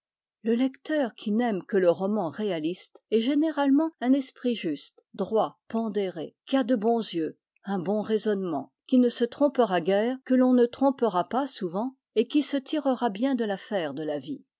le lecteur qui n'aime que le roman réaliste est généralement un esprit juste droit pondéré qui a de bons yeux un bon raisonnement qui ne se trompera guère que l'on ne trompera pas souvent et qui se tirera bien de l'affaire de la vie